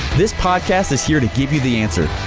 this podcast is here to give you the answer.